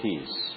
peace